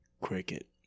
Cricket